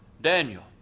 Daniel